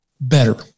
better